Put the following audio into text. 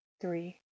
three